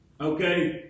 Okay